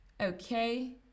Okay